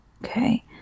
Okay